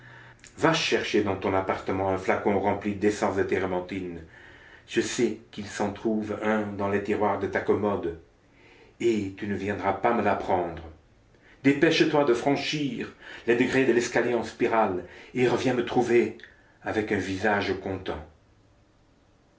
va chercher dans ton appartement un flacon rempli d'essence de térébenthine je sais qu'il s'en trouve un dans les tiroirs de ta commode et tu ne viendras pas me l'apprendre dépêche-toi de franchir les degrés de l'escalier en spirale et reviens me trouver avec un visage content